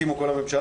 והסכימה כל הממשלה,